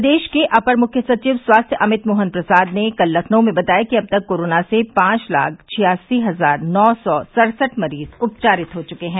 प्रदेश के अपर मुख्य सचिव स्वास्थ्य अमित मोहन प्रसाद ने कल लखनऊ में बताया कि अब तक कोरोना से पांच लाख छियासी हजार नौ सौ सड़सठ मरीज उपचारित हो चुके हैं